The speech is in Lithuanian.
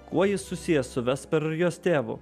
kuo jis susijęs su vesper ir jos tėvu